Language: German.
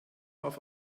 auf